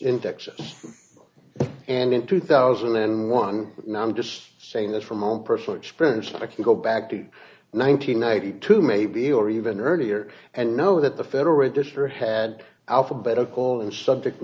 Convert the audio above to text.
in texas and in two thousand and one now i'm just saying that from my own personal experience i can go back to one thousand nine hundred ninety two maybe or even earlier and know that the federal register had alphabetical and subject